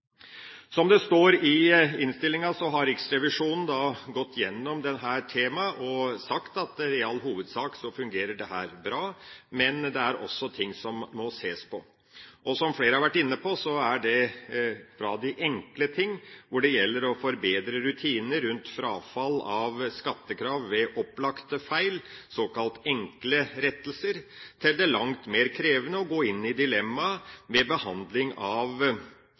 Som det står i innstillinga, har Riksrevisjonen gått gjennom dette temaet og sagt at i all hovedsak fungerer dette bra, men det er også ting som må ses på. Som flere har vært inne på, er det alt fra de enkle ting, hvor det gjelder å forbedre rutinene rundt frafall av skattekrav ved opplagte feil, såkalte enkle rettelser, til det langt mer krevende, å gå inn i dilemmaet ved behandling av